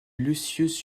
lucius